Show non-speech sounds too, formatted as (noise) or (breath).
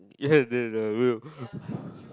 ya yes I will (breath)